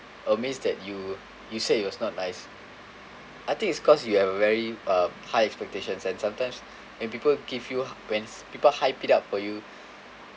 amazed that you you said it was not nice I think it's because you have a very uh high expectations and sometimes and people give you when people hype it up for you